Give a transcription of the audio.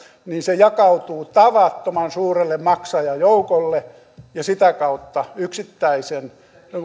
jakautuu tavattoman suurelle maksajajoukolle ja sitä kautta yksittäisen